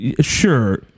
sure